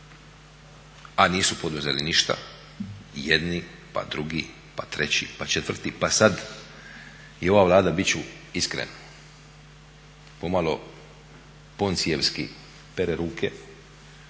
a nisu poduzeli ništa jedni, pa drugi, pa treći, pa četvrti, pa sad i ova Vlada bit ću iskren pomalo poncijevski pere ruke